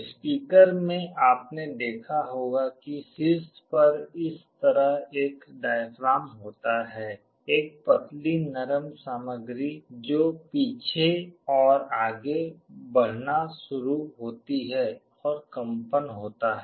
speaker में आपने देखा होगा कि शीर्ष पर इस तरह एक डायाफ्राम होता है एक पतली नरम सामग्री जो पीछे और आगे बढ़ना शुरू होती है और कंपन होता है